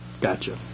gotcha